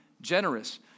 generous